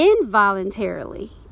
involuntarily